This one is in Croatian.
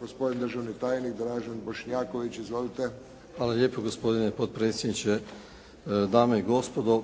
Gospodin državni tajnik Dražen Bošnjaković. Izvolite. **Bošnjaković, Dražen (HDZ)** Hvala lijepo gospodine potpredsjedniče. Dame i gospodo